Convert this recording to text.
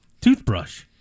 toothbrush